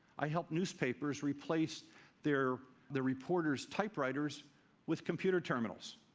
i helped newspapers replace their their reporters' typewriters with computer terminals.